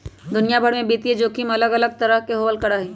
दुनिया भर में वित्तीय जोखिम अलग तरह के होबल करा हई